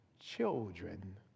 children